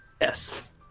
Yes